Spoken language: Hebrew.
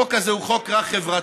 החוק הזה הוא חוק רע חברתית,